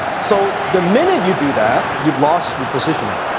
so, the minute you do that, you've lost your positioning.